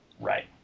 right